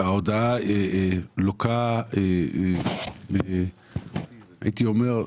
ההודעה לוקה, הייתי אומר,